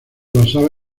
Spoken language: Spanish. basaba